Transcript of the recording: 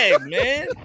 man